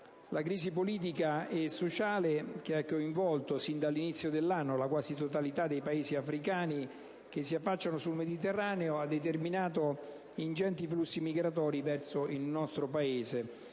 la crisi politica e sociale che ha coinvolto sin dall'inizio dell'anno la quasi totalità dei Paesi africani che si affacciano sul Mediterraneo ha determinato ingenti flussi migratori verso il nostro Paese.